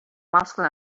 muscle